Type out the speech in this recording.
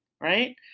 right